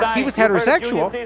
but he was heterosexual.